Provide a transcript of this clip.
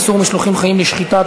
איסור משלוחים חיים לשחיטה),